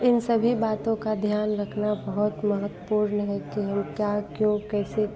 इन सभी बातों का ध्यान रखना बहुत महत्वपूर्ण है कि हम क्या क्यों कैसे